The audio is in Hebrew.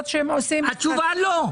התשובה - לא.